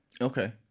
Okay